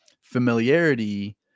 Familiarity